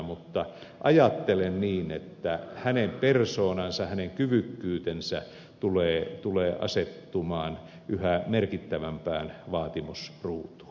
mutta ajattelen niin että hänen persoonansa hänen kyvykkyytensä tulee asettumaan yhä merkittävämpään vaatimusruutuun